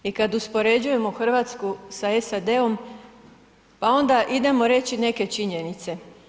I kad uspoređujemo Hrvatsku sa SAD-om pa onda idemo reći neke činjenice.